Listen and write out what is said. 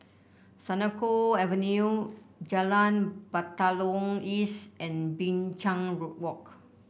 Senoko Avenue Jalan Batalong East and Binchang Road Walk